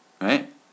Right